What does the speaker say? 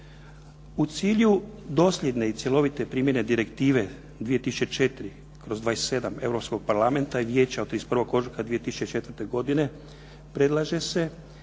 U cilju dosljedne i cjelovite primjene Direktive 2004/27 Europskog parlamenta i Vijeća od 31. ožujka 2004. godine predlaže se